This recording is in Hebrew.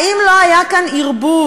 האם לא היה כאן ערבוב